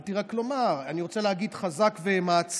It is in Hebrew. התחלתי רק לומר: חזק ואמץ